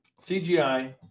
CGI